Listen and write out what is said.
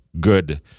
good